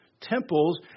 temples